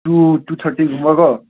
two ꯇꯨ ꯊꯥꯔꯇꯤꯒꯨꯝꯕ ꯀꯣ